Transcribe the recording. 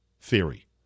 theory